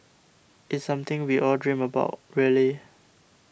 it's something we all dream about really